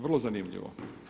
Vrlo zanimljivo.